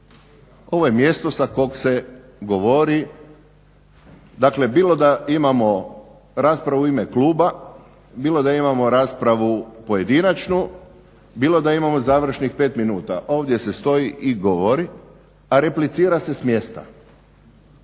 ovo je mjesto sa kog se govori. Dakle, bilo da imamo raspravu u ime kluba, bilo da imamo raspravu pojedinačnu, bilo da imamo završnih 5 minuta ovdje se stoji i govori, a replicira se s mjesta.